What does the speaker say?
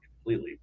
completely